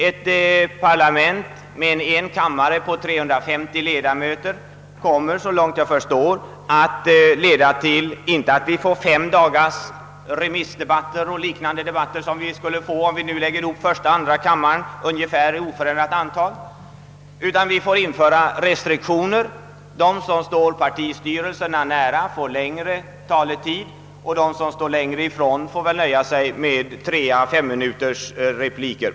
Ett parlament med en kammare på 350 ledamöter skulle inte, såvitt jag förstår, leda till att vi får t.ex. fem dagars remissdebatt, som skulle vara fallet om vi lägger ihop första och andra kammarens debattid. Det skulle bli nödvändigt att införa restriktioner, varvid de som står partistyrelserna nära får längre tid för att tala, medan de övriga väl får nöja sig med repliker på tre å fem minuter.